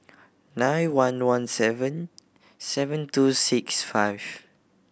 nine one one seven seven two six five